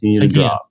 again